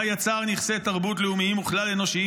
בה יצר נכסי תרבות לאומיים וכלל-אנושיים